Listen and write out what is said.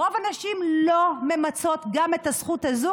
רוב הנשים לא ממצות גם את הזכות הזו,